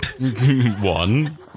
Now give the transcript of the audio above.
One